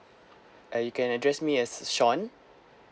uh you can address me as sean